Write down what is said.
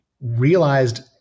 realized